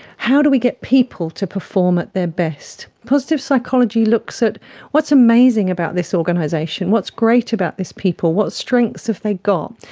how do we get people to perform at their best? positive psychology looks at what's amazing about this organisation, what's great about these people, what strengths have they got?